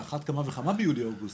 על אחת כמה וכמה ביולי אוגוסט,